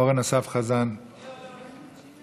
אורן אסף חזן, עולה,